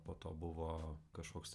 po to buvo kažkoks